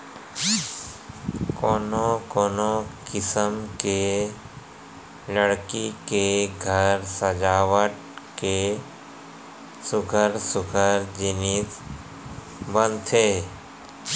कोनो कोनो किसम के लकड़ी ले घर सजावट के सुग्घर सुग्घर जिनिस बनथे